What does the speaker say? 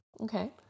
Okay